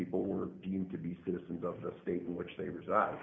people were deemed to be citizens of the state in which they reside